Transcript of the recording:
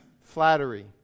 flattery